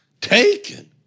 taken